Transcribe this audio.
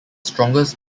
strongest